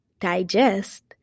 digest